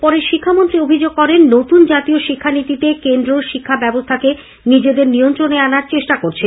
পরে শিক্ষামন্ত্রী অভিযোগ করেন নতুন জাতীয় শিক্ষানীতিতে কেন্দ্র শিক্ষাব্যবস্থাকে নিজেদের নিয়ন্ত্রণে আনার চেষ্টা করছে